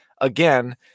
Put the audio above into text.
again